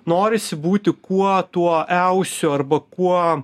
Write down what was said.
norisi būti kuo tuo iausiu arba kuo